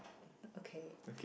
okay